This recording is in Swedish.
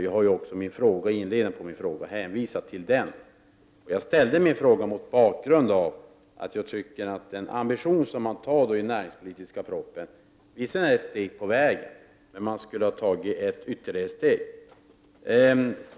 Jag har även i inledningen till min fråga hänvisat till denna. Jag ställde min fråga mot bakgrund av att den ambition som finns i den näringspolitiska propositionen visserligen är ett steg på vägen men att man borde ha tagit ytterligare ett steg.